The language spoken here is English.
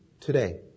today